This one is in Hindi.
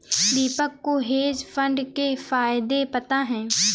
दीपक को हेज फंड के फायदे पता है